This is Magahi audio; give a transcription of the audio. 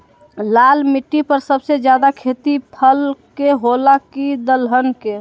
लाल मिट्टी पर सबसे ज्यादा खेती फल के होला की दलहन के?